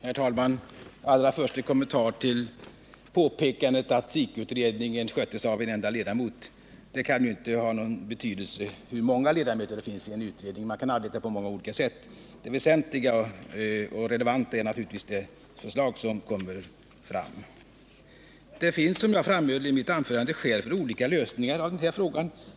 Herr talman! Allra först en kommentar till påpekandet att SIK-utredningen sköttes av en enda person. Hur många ledamöter det finns i en utredning kan juinte ha någon betydelse, eftersom man kan arbeta på många olika sätt, utan det väsentliga och relevanta är naturligtvis det förslag som kommer fram. Det finns, som jag framhöll i mitt anförande, olika lösningar av den här frågan.